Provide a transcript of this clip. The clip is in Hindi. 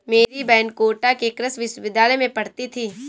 मेरी बहन कोटा के कृषि विश्वविद्यालय में पढ़ती थी